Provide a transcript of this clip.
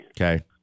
Okay